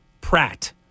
Pratt